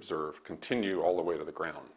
observe continue all the way to the ground